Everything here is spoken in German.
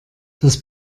das